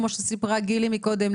כפי שסיפרה גילי קודם,